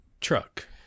truck